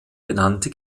benannte